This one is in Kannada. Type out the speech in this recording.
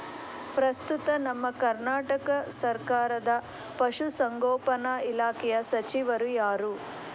ಪ್ರಸ್ತುತ ನಮ್ಮ ಕರ್ನಾಟಕ ಸರ್ಕಾರದ ಪಶು ಸಂಗೋಪನಾ ಇಲಾಖೆಯ ಸಚಿವರು ಯಾರು?